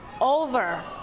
over